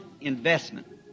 investment